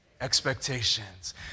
expectations